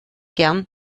gern